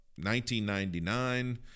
1999